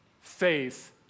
faith